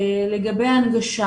לגבי הנגשה